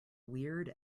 weird